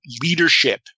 leadership